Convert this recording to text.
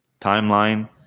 timeline